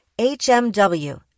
HMW